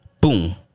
Boom